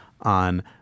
on